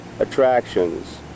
Attractions